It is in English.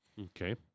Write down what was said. Okay